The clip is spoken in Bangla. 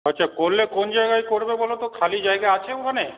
আচ্ছা করলে কোন জায়গায় করবে বলো তো খালি জায়গা আছে ওখানে